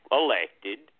elected